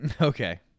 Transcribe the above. Okay